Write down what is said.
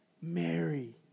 Mary